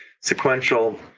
sequential